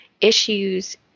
issues